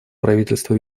правительство